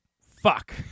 fuck